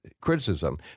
criticism